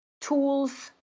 tools